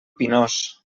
pinós